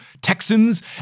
Texans